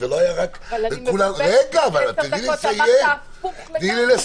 לפני עשר דקות אמרת הפוך לגמרי.